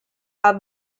are